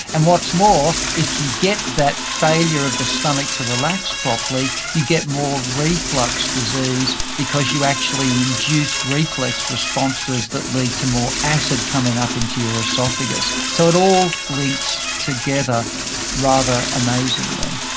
and what's more, if you get that failure of the stomach to relax properly, you get more reflux disease because you actually induce reflex responses that lead to more acid coming up into your oesophagus. so it all links together rather amazingly.